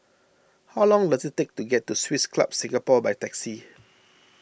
how long does it take to get to Swiss Club Singapore by taxi